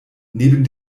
neben